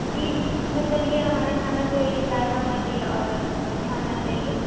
جی مطلب یہ ہمارا کھانا جو ہے یہ تازہ ہونا چاہیے اور اچھا ہونا چاہیے